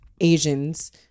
Asians